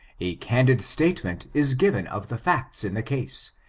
a candid statement is given of the facts in the case,